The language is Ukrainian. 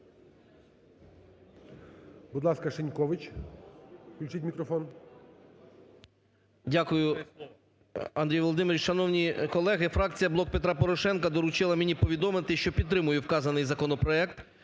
Дякую, Андрій Володимирович. Шановні колеги, фракція "Блок Петра Порошенка" доручила мені повідомити, що підтримує вказаний законопроект.